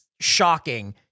shocking